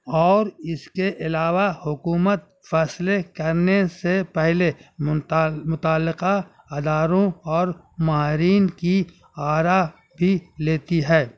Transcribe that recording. اور اس کے علاوہ حکومت فیصلے کرنے سے پہلے متعلقہ اداروں اور ماہرین کی آرا بھی لیتی ہے